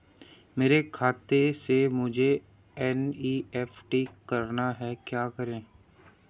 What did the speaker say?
मेरे खाते से मुझे एन.ई.एफ.टी करना है क्या करें?